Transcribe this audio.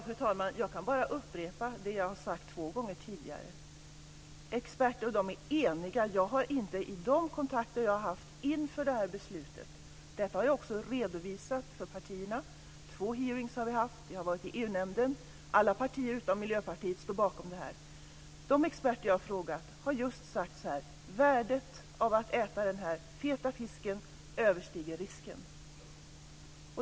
Fru talman! Jag kan bara upprepa det jag har sagt två gånger tidigare. Experterna är eniga. Jag har redovisat detta för partierna vid två hearingar och i EU nämnden. Alla partier utom Miljöpartiet står bakom det här. De experter jag har frågat har just sagt att värdet av att äta den här feta fisken överstiger risken.